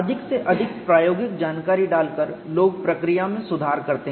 अधिक से अधिक प्रायोगिक जानकारी डालकर लोग प्रक्रिया में सुधार करते हैं